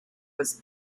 was